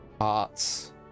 arts